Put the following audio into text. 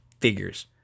Figures